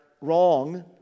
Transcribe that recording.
wrong